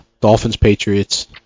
Dolphins-Patriots